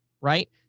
right